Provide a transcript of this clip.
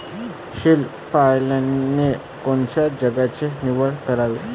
शेळी पालनाले कोनच्या जागेची निवड करावी?